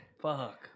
fuck